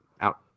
out